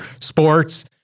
sports